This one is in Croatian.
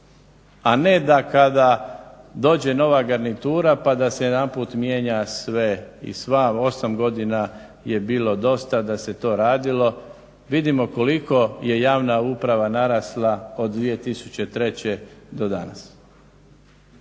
A ne da kada dođe nova garnitura pa da se jedanput mijenja sve i sva. 8 godina je bilo dosta da se to radilo, vidimo koliko je javna uprava narasla od 2003. do danas.